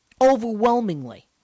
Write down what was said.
overwhelmingly